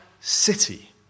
city